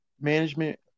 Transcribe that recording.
management